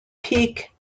peak